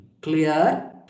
clear